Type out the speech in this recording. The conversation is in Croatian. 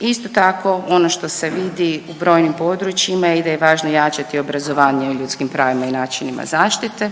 Isto tako, ono što se vidi u brojnim područjima i da je važno jačati obrazovanje ljudskim pravima i načinima zaštite,